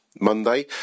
Monday